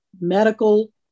medical